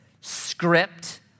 script